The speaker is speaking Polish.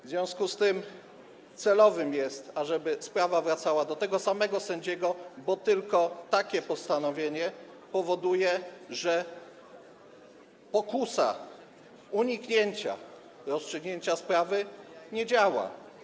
W związku z tym celowe jest, ażeby sprawa wracała do tego samego sędziego, bo tylko takie postanowienie powoduje, że pokusa uniknięcia rozstrzygnięcia sprawy nie działa.